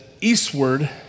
eastward